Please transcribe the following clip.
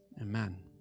amen